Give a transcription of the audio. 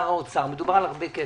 מדובר בהרבה כסף.